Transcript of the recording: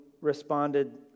responded